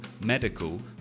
medical